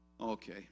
Okay